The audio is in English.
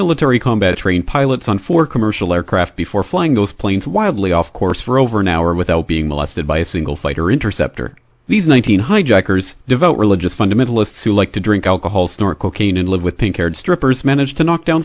military combat trained pilots on four commercial aircraft before flying those planes wildly off course for over an hour without being molested by a single fighter interceptor these one thousand hijackers devote religious fundamentalists who like to drink alcohol snort cocaine and live with pink haired strippers managed to knock down